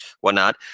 whatnot